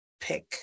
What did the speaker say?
pick